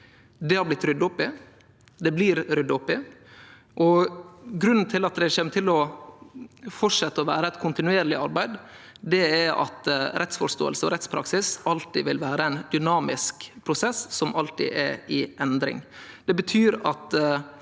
Det har blitt rydda opp i, det blir rydda opp i. Grunnen til at det kjem til å fortsetje å vere eit kontinuerleg arbeid, er at rettsforståing og rettspraksis alltid vil vere ein dynamisk prosess – alltid i endring. Det betyr at